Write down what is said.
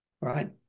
right